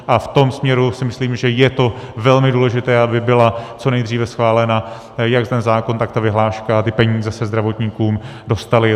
A v tom směru si myslím, že je velmi důležité, aby byl co nejdříve schválen jak ten zákon, tak ta vyhláška a ty peníze se zdravotníkům dostaly.